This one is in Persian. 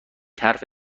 حرف